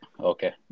Okay